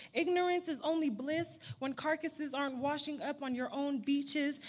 ignorance is only bliss when carcasses aren't washing up on your own beaches.